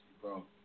Bro